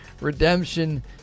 Redemption